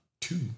two